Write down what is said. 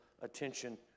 attention